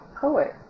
Poet